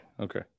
okay